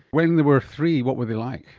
when they were three, what were they like?